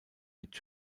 mit